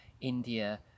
India